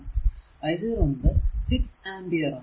i 0 എന്നത് 6 ampere ആണ്